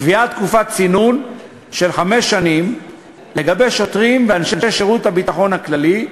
קביעת תקופת צינון של חמש שנים לשוטרים ואנשי שירות הביטחון הכללי,